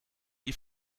die